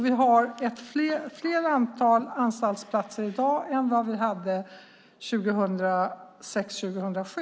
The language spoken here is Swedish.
Vi har i dag fler anstaltsplatser än vi hade 2006-2007.